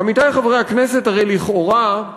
עמיתי חברי הכנסת, הרי לכאורה,